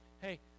Hey